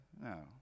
No